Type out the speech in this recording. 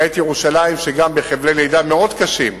למעט ירושלים, שגם היא בחבלי לידה מאוד קשים,